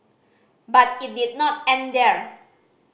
but it did not end there